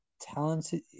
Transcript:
talented